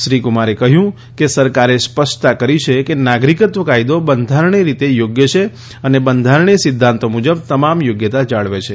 શ્રી કુમારે કહ્યું કે સરકારે સ્પષ્ટતા કરી છે કે નાગરિકત્વ કાયદો બંધારણીય રીતે યોગ્ય છે અને બંધારણીય સિદ્ધાંતો મુજબ તમામ યોગ્યતા જાળવે છે